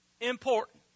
important